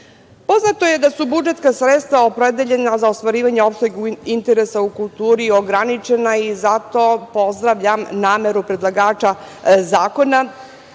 je da su budžetska sredstva opredeljena za ostvarivanje opšteg interesa u kulturi ograničena i zato pozdravljam nameru predlagača zakona